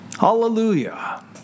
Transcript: Hallelujah